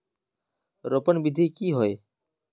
रोपण विधि की होय?